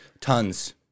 Tons